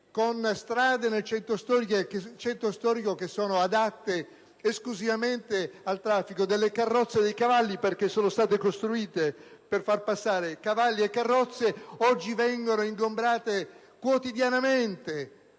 le strade del centro storico, che sono adatte esclusivamente al traffico delle carrozze e dei cavalli, perché sono state costruite per questo, oggi vengono ingombrate quotidianamente